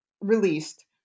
released